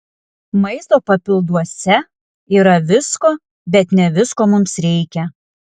maisto papilduose yra visko bet ne visko mums reikia